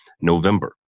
November